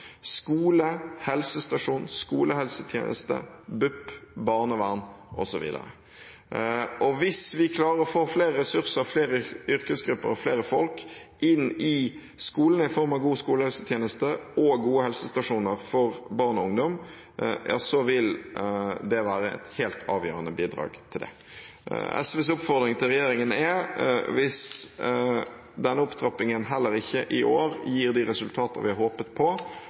Hvis vi klarer å få flere ressurser, flere yrkesgrupper og flere folk inn i skolen i form av god skolehelsetjeneste og gode helsestasjoner for barn og ungdom, vil det være et helt avgjørende bidrag til det. SVs oppfordring til regjeringen er, hvis denne opptrappingen heller ikke i år gir de resultater vi hadde håpet på,